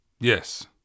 Yes